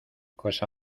cosa